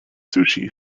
sushi